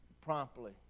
promptly